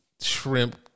shrimp